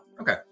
Okay